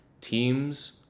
teams